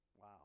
Wow